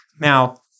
Now